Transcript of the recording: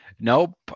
Nope